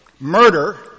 Murder